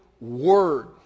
word